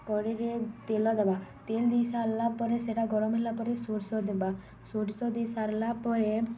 କଢ଼େଇରେ ତେଲ ଦବା ତେଲ୍ ଦେଇ ସାର୍ଲା ପରେ ସେଟା ଗରମ୍ ହେଲା ପରେ ସୋର୍ଷ ଦେବା ସୋର୍ଷ ଦେଇ ସାର୍ଲା ପରେ